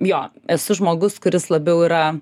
jo esu žmogus kuris labiau yra